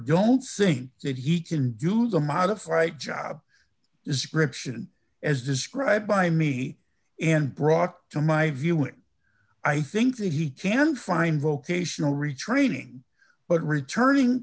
don't think that he can do the modified job description as described by me and brought to my view and i think that he can find vocational retraining but returning